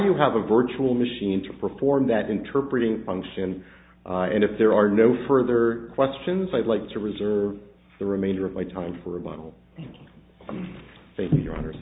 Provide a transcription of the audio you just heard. you have a virtual machine to perform that interpret ng function and if there are no further questions i'd like to reserve the remainder of my time for a bottle